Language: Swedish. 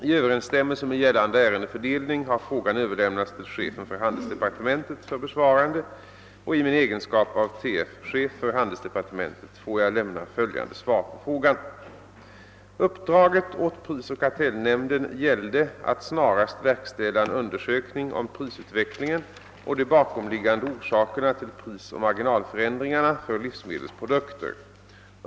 I överensstämmelse med gällande ärendefördelning har frågan överlämnats till chefen för handelsdepartementet för besvarande. I min egenskap av t.f. chef för handelsdepartementet får jag lämna följande svar på frågan. Uppdraget åt prisoch kartellnämnden gällde att snarast verkställa en undersökning om prisutvecklingen och de bakomliggande orsakerna till prisoch marginalförändringarna för livsmedels produkter.